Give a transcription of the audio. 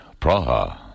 Praha